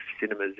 cinemas